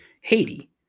Haiti